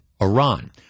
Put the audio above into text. Iran